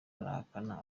arahakana